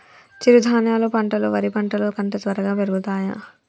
చిరుధాన్యాలు పంటలు వరి పంటలు కంటే త్వరగా పెరుగుతయా?